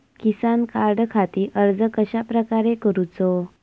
किसान कार्डखाती अर्ज कश्याप्रकारे करूचो?